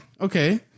Okay